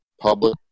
public